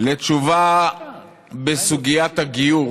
לתשובה בסוגיית הגיור,